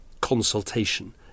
consultation